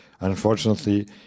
unfortunately